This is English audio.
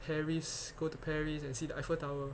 paris go to paris and see the eiffel tower